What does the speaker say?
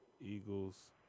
Eagles